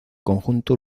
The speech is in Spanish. conjunto